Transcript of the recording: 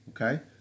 okay